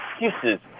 excuses